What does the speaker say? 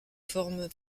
formes